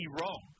wrong